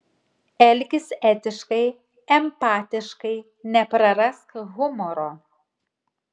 elkis etiškai empatiškai neprarask humoro